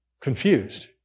confused